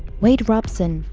wade robson,